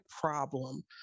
problem